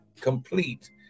complete